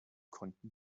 konnten